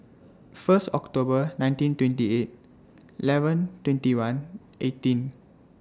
First October nineteen twenty eight eleven twenty one eighteen